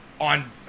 on